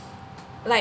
like